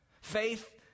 Faith